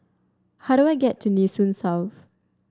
how do I get to Nee Soon South